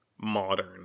modern